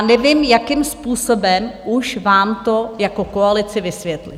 Nevím, jakým způsobem už vám to jako koalici vysvětlit!